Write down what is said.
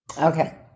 Okay